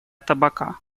табака